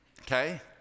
okay